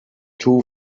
two